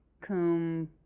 cum